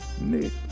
Nick